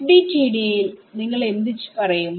FDTD യിൽ നിങ്ങൾ എന്ത് പറയും